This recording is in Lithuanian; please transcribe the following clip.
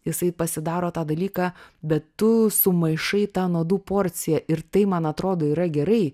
jisai pasidaro tą dalyką bet tu sumaišai tą nuodų porciją ir tai man atrodo yra gerai